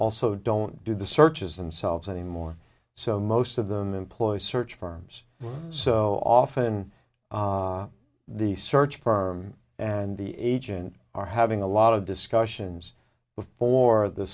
also don't do the searches themselves anymore so most of them employ search firms so often the search firm and the agent are having a lot of discussions before the